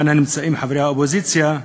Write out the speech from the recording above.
הנמצאים כאן, חברי האופוזיציה,